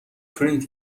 پرینت